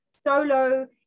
solo